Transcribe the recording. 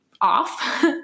off